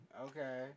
Okay